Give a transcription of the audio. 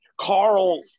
Carl